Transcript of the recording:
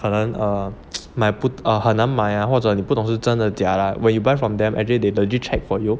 可能 err 买不好难买啊或者你不懂是真的假的 when you buy from them actually they legit check for you so